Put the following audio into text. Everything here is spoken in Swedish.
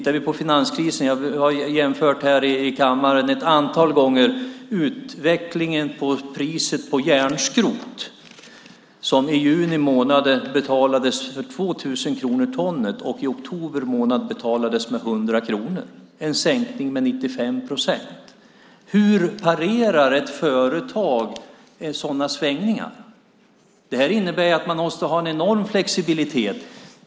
Apropå finanskrisen har vi ju här i kammaren ett antal gånger sett på utvecklingen av priset på järnskrot. I juni månad betalades ungefär 2 000 kronor per ton, och i oktober betalades ungefär 100 kronor. Det är en sänkning med 95 procent. Hur parerar ett företag sådana svängningar? Det innebär ju att man måste ha en enorm flexibilitet.